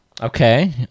Okay